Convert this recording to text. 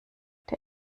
der